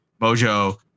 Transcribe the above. Mojo